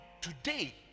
today